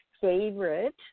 favorite